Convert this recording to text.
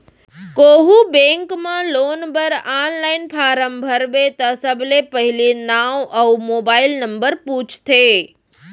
कोहूँ बेंक म लोन बर आनलाइन फारम भरबे त सबले पहिली नांव अउ मोबाइल नंबर पूछथे